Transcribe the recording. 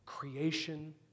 Creation